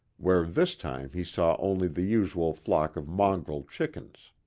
where this time he saw only the usual flock of mongrel chickens.